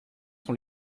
sont